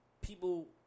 people